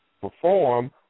perform